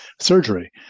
surgery